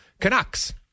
Canucks